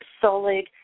solid